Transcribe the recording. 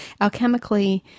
alchemically